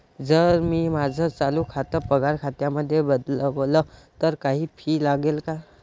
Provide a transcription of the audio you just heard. जर मी माझं चालू खातं पगार खात्यामध्ये बदलवल, तर काही फी लागेल का?